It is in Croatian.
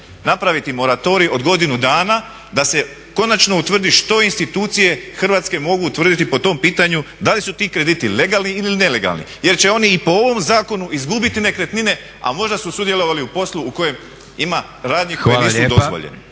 napraviti moratorij od godinu dana da se konačno utvrdi što institucije Hrvatske mogu utvrditi po tom pitanju da li su ti krediti legalni ili nelegalni, jer će oni i po ovom zakonu izgubiti nekretnine, a možda su sudjelovali u poslu u kojem ima radnji koje nisu dozvoljene.